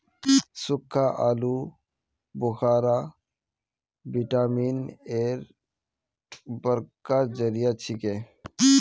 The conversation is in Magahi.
सुक्खा आलू बुखारा विटामिन एर बड़का जरिया छिके